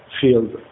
field